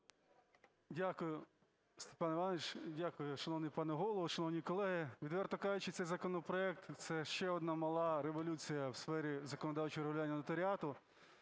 Дякую, Степан Іванович. Дякую, шановний пане Голово, шановні колеги. Відверто кажучи, цей законопроект – це ще одна мала революція в сфері законодавчого регулювання нотаріату.